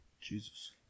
Jesus